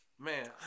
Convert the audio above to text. Man